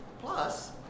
Plus